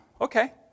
okay